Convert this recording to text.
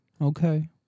Okay